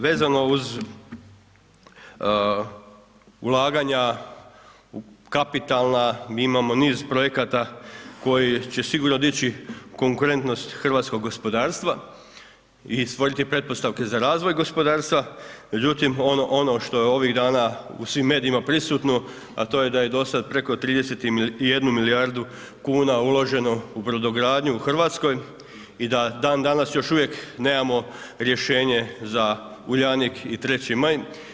Vezano uz ulaganja u kapitalna, mi imamo niz projekata koji će sigurno dići konkurentnost hrvatskog gospodarstva i stvoriti pretpostavke za razvoj gospodarstva, međutim ono što je ovih dana u svim medijima prisutno, a to je da je dosad preko 31 milijardu kuna uloženo u brodogradnju u Hrvatskoj i da dan danas, još uvijek nemamo rješenje za Uljanik i 3. Maj.